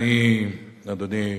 אדוני,